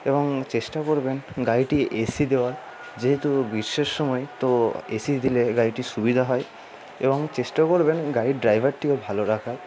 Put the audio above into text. এবং চেষ্টা করবেন গাড়িটি এসি দেওয়ার যেহেতু গ্রীষ্মের সময় তো এসি দিলে গাড়িটি সুবিধা হয় এবং চেষ্টা করবেন গাড়ির ড্রাইভারটিও ভালো রাখার